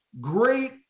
great